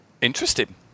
interesting